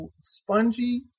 spongy